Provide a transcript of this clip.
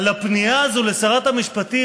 על הפנייה הזאת לשרת המשפטים,